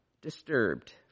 disturbed